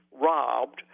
robbed